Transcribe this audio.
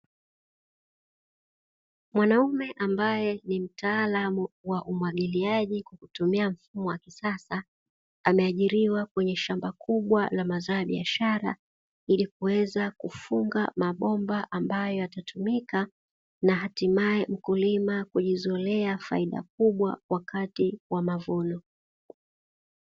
Mwanaume ambaye ni mtaalamu wa umwagiliaji kwa kutumia mfumo wa kisasa, ameajiriwa kwenye shamba kubwa la mazao ya biashara ili kuweza kufunga mabomba ambayo yatatumika, na hatimaye mkulima kujizolea faida kubwa wakati wa mavuno.